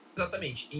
exatamente